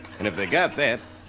and if they got that,